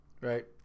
right